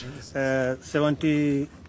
Seventy